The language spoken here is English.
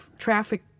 traffic